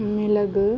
மிளகு